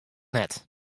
net